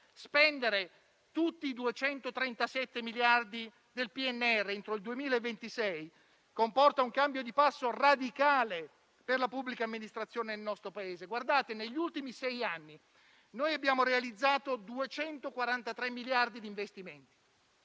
Spendere tutti i 237 miliardi del PNRR entro il 2026 comporta un cambio di passo radicale per la pubblica amministrazione nel nostro Paese. Negli ultimi sei anni abbiamo realizzato 243 miliardi di investimenti.